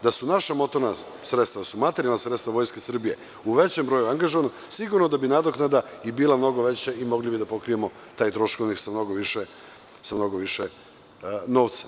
Da su naša materijalna sredstva Vojske Srbije u većem broju angažovana sigurno da bi nadoknada bila mnogo veća i mogli bi da pokrijem taj trošak sa mnogo više novca.